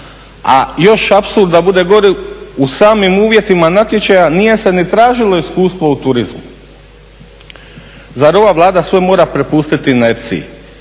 A još apsurd da bude gori u samim uvjetima natječaja nije se ni tražilo iskustvo u turizmu. Zar ova Vlada sve mora prepustiti inerciji?